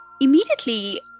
immediately